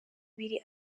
ibiri